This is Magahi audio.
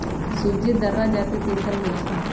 सूज़्ज़ी दर्रा जका पिसल होइ छइ